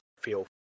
feel